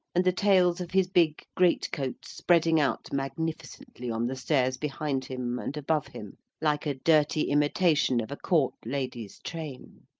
and the tails of his big great-coat spreading out magnificently on the stairs behind him and above him, like a dirty imitation of a court lady's train.